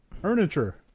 Furniture